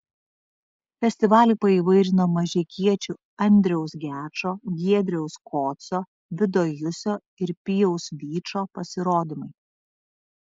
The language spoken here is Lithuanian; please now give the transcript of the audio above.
festivalį paįvairino mažeikiečių andriaus gečo giedriaus kocio vido jusio ir pijaus vyčo pasirodymai